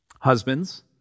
husbands